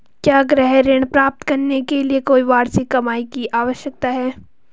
क्या गृह ऋण प्राप्त करने के लिए कोई वार्षिक कमाई की आवश्यकता है?